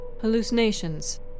Hallucinations